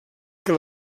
que